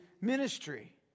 ministry